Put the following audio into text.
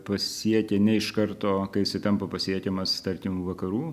pasiekia ne iš karto kai jisai tampa pasiekiamas tarkim vakarų